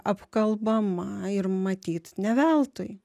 apkalbama ir matyt ne veltui